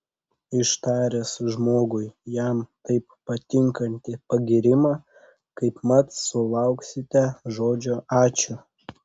ištaręs žmogui jam taip patinkantį pagyrimą kaipmat sulauksite žodžio ačiū